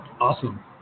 Awesome